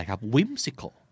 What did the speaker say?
whimsical